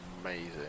amazing